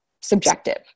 subjective